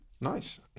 Nice